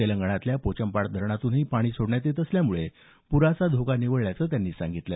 तेलंगणातल्या पोचमपाड धरणातूनही पाणी सोडण्यात येत असल्यामुळे पुराचा धोका निवळल्याचं त्यांनी सांगितलं